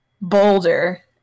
boulder